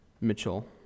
Mitchell